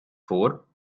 vor